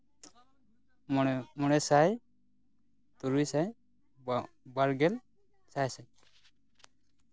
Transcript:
ᱢᱚᱬᱮ ᱢᱚᱬᱮ ᱥᱟᱭ ᱛᱩᱨᱩᱭ ᱥᱟᱭ ᱵᱟᱨ ᱜᱮᱞ ᱥᱟᱭ ᱥᱟᱭ